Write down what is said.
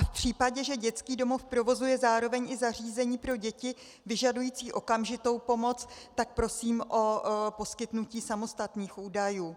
V případě, že dětský domov provozuje zároveň i zařízení pro děti vyžadující okamžitou pomoc, tak prosím o poskytnutí samostatných údajů.